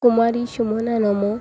କୁମାରୀ Sumana ନମୋ